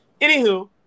Anywho